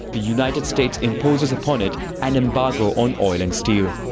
the united states imposes upon it an embargo on oil and steel.